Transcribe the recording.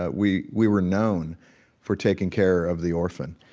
ah we we were known for taking care of the orphan,